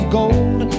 gold